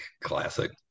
Classic